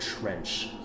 trench